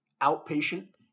outpatient